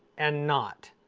and not.